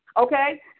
Okay